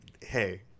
hey